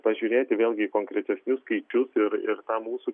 pažiūrėti vėlgi į konkretesnius skaičius ir ir tą mūsų